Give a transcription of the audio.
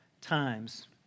times